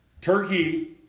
Turkey